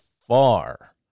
far